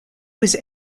was